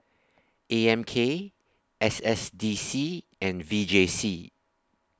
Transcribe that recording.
A M K S S D C and V J C